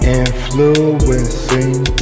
influencing